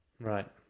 Right